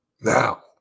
Now